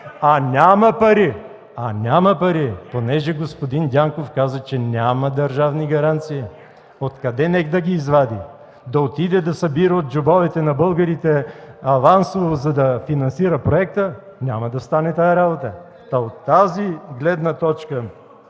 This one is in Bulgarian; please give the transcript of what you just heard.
ДИМИТРОВ: Няма пари, понеже господин Дянков каза, че няма държавни гаранции. Откъде да ги извади? Да отиде да събира от джобовете на българите авансово, за да финансира проекта?! Няма да стане тази работа! От тази гледна точка